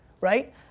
right